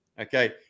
Okay